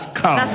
come